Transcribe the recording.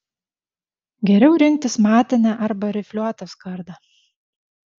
geriau rinktis matinę arba rifliuotą skardą